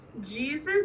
Jesus